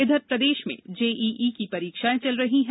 इधर प्रदेश में जेईई की परीक्षाएं चल रही है